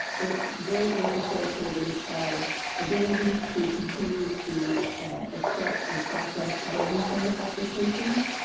it greatly facilitated our ability to continue to accept and process building permit applications.